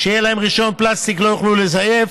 שיהיה להם רישיון פלסטיק, שלא יוכלו לזייף.